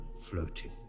floating